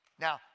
Now